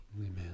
Amen